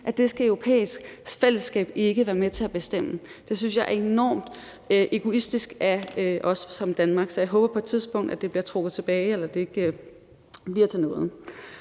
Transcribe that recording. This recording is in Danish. at det skal et europæisk fællesskab ikke være med til at bestemme? Det synes jeg er enormt egoistisk af os i Danmark, så jeg håber, at det på et tidspunkt bliver trukket tilbage, eller at det ikke bliver til noget.